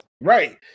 Right